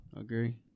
Agree